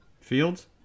Fields